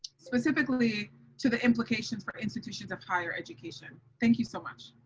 specifically to the implications for institutions of higher education. thank you so much.